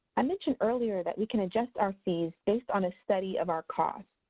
i mentioned earlier that we can adjust our fees based on a study of our costs.